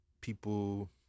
people